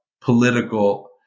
political